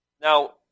Now